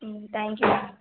thank you అండి